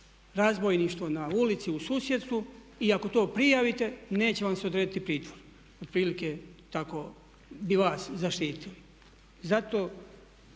razbojništvo na ulici u susjedstvu i ako to prijavite neće vam se odrediti pritvor. Otprilike tako bi vas zaštitili.